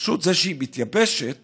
פשוט, זה שהיא מתייבשת